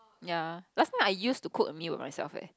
ya last time I used to cook a meal for myself eh